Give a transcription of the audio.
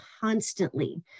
constantly